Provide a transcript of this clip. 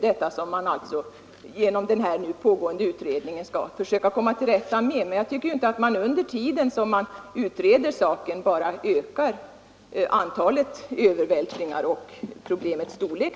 Det är något som den pågående utredningen skall försöka komma till rätta med, men jag tycker inte att man under tiden som saken utreds bara skall öka antalet övervältringar och därmed problemets storlek.